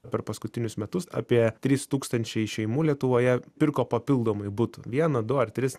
per paskutinius metus apie trys tūkstančiai šeimų lietuvoje pirko papildomai butų vieną du ar tris